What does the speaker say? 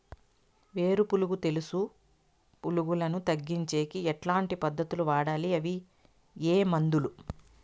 వేరు పులుగు తెలుసు పులుగులను తగ్గించేకి ఎట్లాంటి పద్ధతులు వాడాలి? అవి ఏ మందులు?